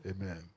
Amen